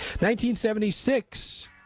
1976